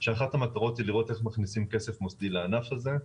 שאחת המטרות היא לראות איך מכניסים כסף מוסדי לענף הזה.